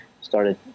started